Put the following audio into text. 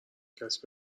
کسی